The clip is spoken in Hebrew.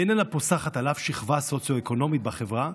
היא איננה פוסחת על אף שכבה סוציו-אקונומית בחברה,